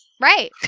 Right